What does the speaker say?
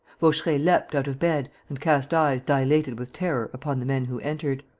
vaucheray leapt out of bed and cast eyes dilated with terror upon the men who entered.